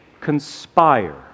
conspire